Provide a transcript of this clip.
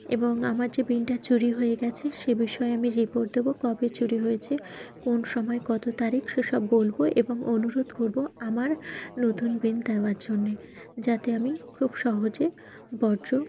এবং আমার যে পেন্টিংটা চুরি হয়ে গেছে সে বিষয়ে আমি রিপোর্ট দেবো কবে চুরি হয়েছে কোন সময় কত তারিখ সে সব বলবো এবং অনুরোধ করবো আমার নতুন পেন্টিং দেওয়ার জন্যে যাতে আমি খুব সহজে বর্জ্য